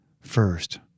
first